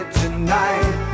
tonight